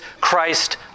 Christ